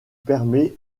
permet